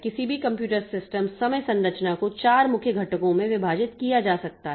किसी भी computer system समग्र संरचना को 4 मुख्य घटकों में विभाजित किया जा सकता है